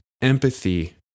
empathy